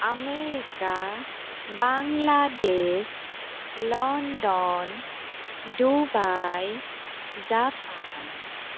America Bangladesh London Dubai Japan